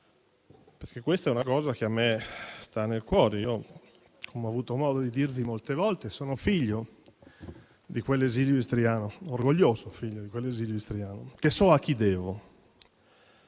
perché questa è una cosa che a me sta nel cuore. Come ho avuto modo di dirvi molte volte, io sono figlio di quell'esilio istriano, orgoglioso figlio di quell'esilio istriano, che so a chi devo.